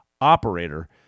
operator